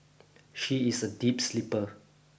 she is a deep sleeper